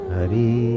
Hari